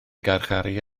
garcharu